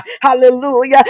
Hallelujah